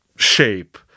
shape